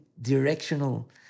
directional